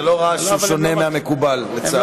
זה לא רעש שהוא שונה מהמקובל, לצערי.